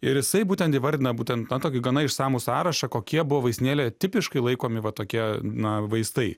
ir jisai būtent įvardina būtent na tokį gana išsamų sąrašą kokie buvo vaistinėlėje tipiškai laikomi va tokie na vaistai